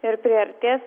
ir priartės